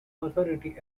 authority